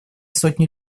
сотни